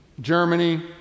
Germany